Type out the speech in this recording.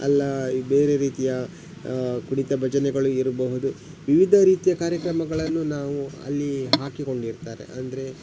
ಅಲ್ಲ ಬೇರೆ ರೀತಿಯ ಕುಣಿತ ಭಜನೆಗಳು ಇರಬಹುದು ವಿವಿಧ ರೀತಿಯ ಕಾರ್ಯಕ್ರಮಗಳನ್ನು ನಾವು ಅಲ್ಲಿ ಹಾಕಿಕೊಂಡಿರ್ತಾರೆ ಅಂದರೆ